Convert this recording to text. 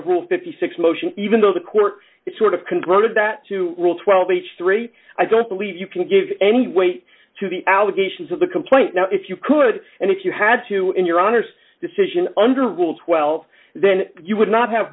a rule fifty six motion even though the court sort of converted that to rule twelve h three i don't believe you can give any weight to the allegations of the complaint now if you could and if you had to in your honour's decision under rule twelve then you would not have